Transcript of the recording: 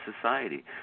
society